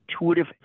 Intuitive